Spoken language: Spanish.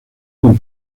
con